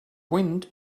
wind